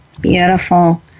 Beautiful